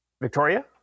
Victoria